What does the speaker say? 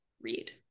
read